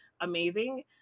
amazing